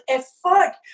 effort